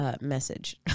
message